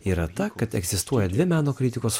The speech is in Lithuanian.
yra ta kad egzistuoja dvi meno kritikos